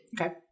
Okay